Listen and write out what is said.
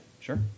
Sure